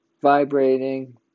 vibrating